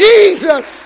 Jesus